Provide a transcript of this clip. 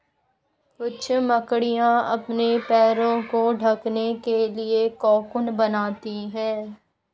कुछ मकड़ियाँ अपने पैरों को ढकने के लिए कोकून बनाती हैं